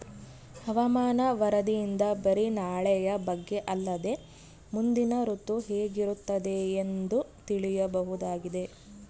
ಹವಾಮಾನ ವರದಿಯಿಂದ ಬರಿ ನಾಳೆಯ ಬಗ್ಗೆ ಅಲ್ಲದೆ ಮುಂದಿನ ಋತು ಹೇಗಿರುತ್ತದೆಯೆಂದು ತಿಳಿಯಬಹುದಾಗಿದೆ